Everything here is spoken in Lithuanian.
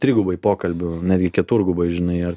trigubai pokalbių netgi keturgubai žinai